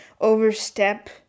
overstep